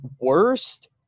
worst